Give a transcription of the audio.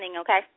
okay